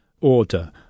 order